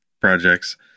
projects